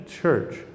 church